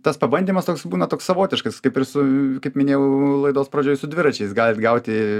tas pabandymas toks būna toks savotiškas kaip ir su kaip minėjau laidos pradžioj su dviračiais galit gauti